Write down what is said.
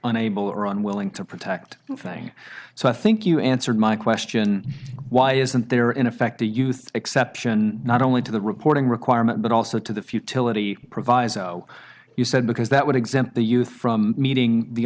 unable or unwilling to protect so i think you answered my question why isn't there in effect a youth exception not only to the reporting requirement but also to the futility proviso you said because that would exempt the youth from meeting the